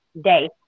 day